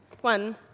One